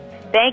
Thank